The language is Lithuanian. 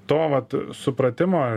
to vat supratimo